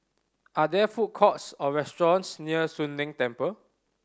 are there food courts or restaurants near Soon Leng Temple